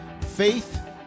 faith